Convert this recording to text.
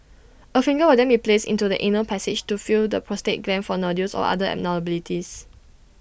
A finger will then be placed into the anal passage to feel the prostate gland for nodules or other abnormalities